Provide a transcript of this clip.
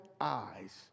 eyes